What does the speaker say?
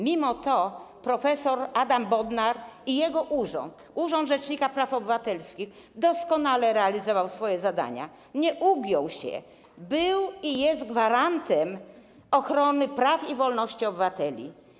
Mimo to prof. Adam Bodnar i jego urząd, urząd rzecznika praw obywatelskich, doskonale realizowali swoje zadania, nie ugięli się, byli i są gwarantem ochrony praw i wolności obywateli.